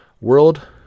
World